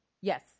Yes